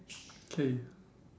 K